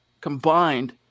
combined